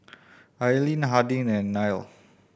Aileen Harding and Nile